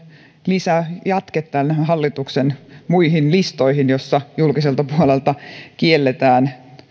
lisäjatke tämän hallituksen muihin listoihin joissa julkiselta puolelta kielletään